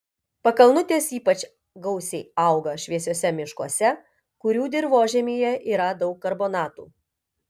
pakalnutės ypač gausiai auga šviesiuose miškuose kurių dirvožemyje yra daug karbonatų